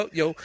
yo